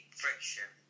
friction